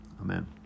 Amen